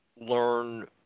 learn